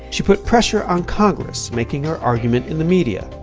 she put pressure on congress, making her argument in the media,